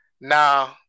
Now